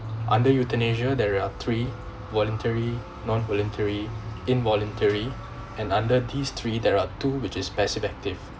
under euthanasia there are three voluntary non-voluntary involuntary and under these three there are two which is passive-active